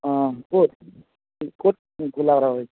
অঁ ক'ত ক'ত খোলাৰ কথা কৈছা